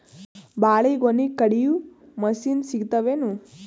ಬಾಳಿಗೊನಿ ಕಡಿಯು ಮಷಿನ್ ಸಿಗತವೇನು?